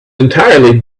entirely